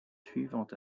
suivant